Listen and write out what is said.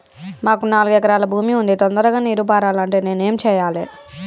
మాకు నాలుగు ఎకరాల భూమి ఉంది, తొందరగా నీరు పారాలంటే నేను ఏం చెయ్యాలే?